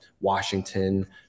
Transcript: Washington